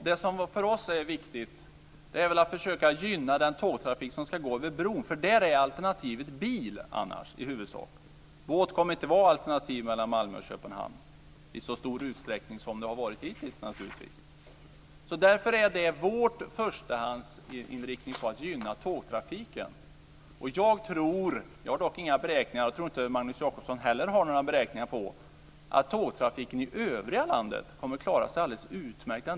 Fru talman! För oss är det viktigt att försöka gynna den tågtrafik som ska gå över bron. Där är alternativet bil i huvudsak. Båt kommer inte att vara ett alternativ mellan Malmö och Köpenhamn i så stor utsträckning som det har varit hittills. Därför är vår förstahandsinriktning att gynna tågtrafiken. Jag har inga beräkningar, och det tror jag inte Magnus Jacobsson har heller. Men jag tror att tågtrafiken i övriga landet kommer att klara sig alldeles utmärkt.